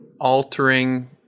altering